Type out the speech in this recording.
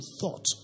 thought